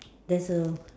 there's a